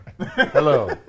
Hello